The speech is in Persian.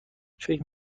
فکر